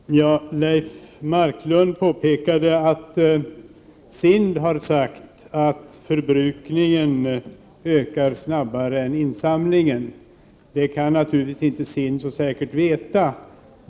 Herr talman! Leif Marklund påpekade att man från SIND sagt att förbrukningen ökar snabbare än insamlingen. Det kan man naturligtvis inte veta så säkert på SIND.